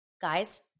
guys